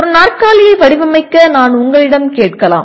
ஒரு நாற்காலியை வடிவமைக்க நான் உங்களிடம் கேட்கலாம்